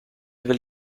will